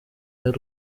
y’u